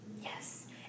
Yes